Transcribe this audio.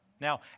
Now